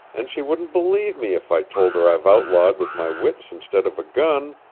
and she wouldn't believe me if i told her i've outlawed with my wits instead of a gun,